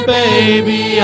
baby